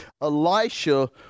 Elisha